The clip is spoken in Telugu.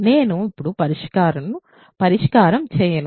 నేను ఇప్పుడు పరిష్కారం చేయను